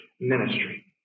ministry